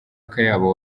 akayabo